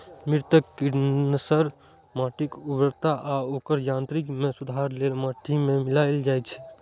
मृदा कंडीशनर माटिक उर्वरता आ ओकर यांत्रिकी मे सुधार लेल माटि मे मिलाएल जाइ छै